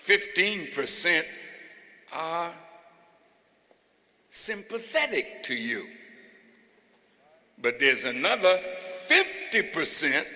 fifteen percent are sympathetic to you but there's another fifty percent